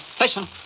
listen